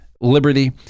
liberty